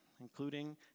including